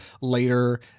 later